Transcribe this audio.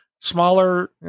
smaller